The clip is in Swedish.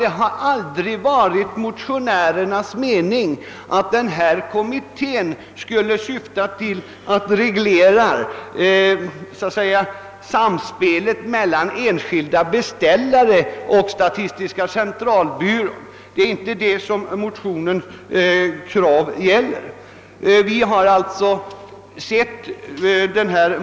Det har aldrig varit motionärernas mening att kommittén skall reglera samspelet mellan enskilda beställare och statistiska centralbyrån. Det är inte det motionskravet gäller.